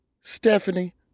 Stephanie